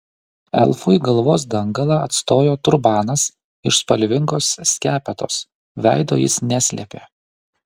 elfui galvos dangalą atstojo turbanas iš spalvingos skepetos veido jis neslėpė